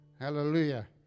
Hallelujah